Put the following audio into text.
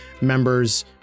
members